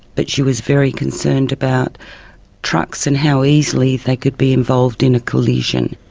but she was very concerned about trucks and how easily they could be involved in a collision.